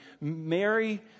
Mary